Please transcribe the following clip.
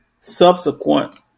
subsequent